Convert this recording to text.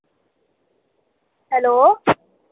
hello